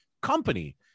company